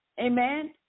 amen